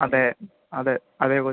അതെ അതെ അതെ കോച്ച്